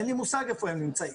אין לי מושג איפה הם נמצאים.